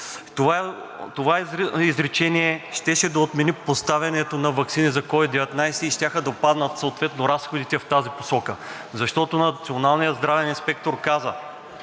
Това изречение щеше да отмени поставянето на ваксини за COVID-19 и щяха да отпаднат съответно разходите в тази посока, защото националният здравен инспектор каза: